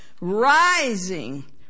Rising